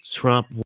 Trump